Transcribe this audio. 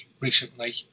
recently